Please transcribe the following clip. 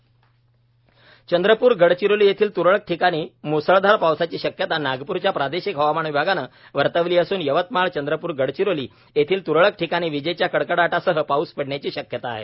हवामान नागपूर ब्लडाणा वाशिम चंद्रपूर गडचिरोली येथील त्रळक ठिकाणी म्सळधार पावसाची शक्यता नागपूरच्या प्रादेशिक हवामान विभागाने वर्तविली असून यवतमाळ चंद्रपूर गडचिरोली येथील तुरळक ठिकाणी विजेच्या कडकडाटासह पाऊस पडण्याची शक्यता आहे